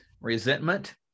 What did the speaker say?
resentment